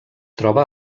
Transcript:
troba